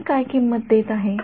मी काय किंमत देत आहे